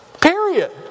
Period